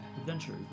Adventure